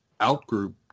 outgroup